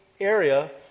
area